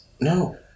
No